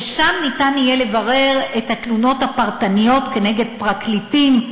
ששם אפשר יהיה לברר את התלונות הפרטניות כנגד פרקליטים.